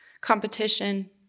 competition